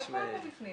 הכול כבר בפנים.